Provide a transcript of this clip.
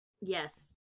yes